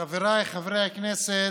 חבריי חברי הכנסת,